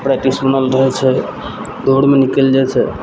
तऽ प्रैक्टिस बनल रहय छै दौड़मे निकलि जाइ छै